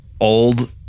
old